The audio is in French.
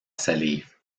salive